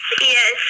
yes